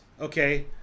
Okay